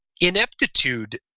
ineptitude